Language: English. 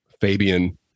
Fabian